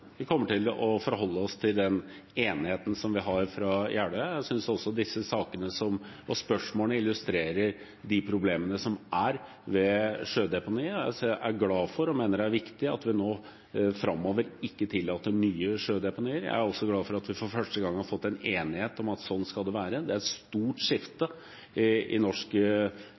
å forholde oss til den enigheten vi har fra Jeløya. Jeg synes at disse sakene og spørsmålene illustrerer de problemene som er ved sjødeponiene. Jeg er glad for og mener det er viktig at vi framover ikke tillater nye sjødeponier. Jeg er også glad for at vi for første gang har fått en enighet om at slik skal det være. Det er et stort skifte i norsk